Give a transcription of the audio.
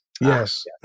Yes